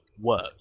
work